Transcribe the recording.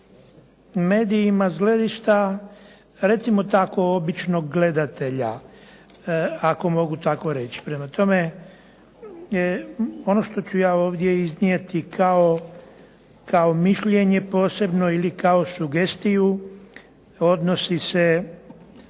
medijima s gledišta recimo tako običnog gledatelja, ako mogu tako reći. Prema tome, ono što ću ja ovdje iznijeti kao mišljenje posebno ili kao sugestiju odnosi se